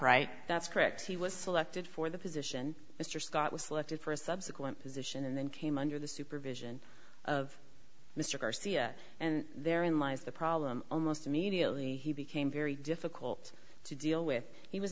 right that's correct he was selected for the position mr scott was selected for a subsequent position and then came under the supervision of mr garcia and therein lies the problem almost immediately he became very difficult to deal with he was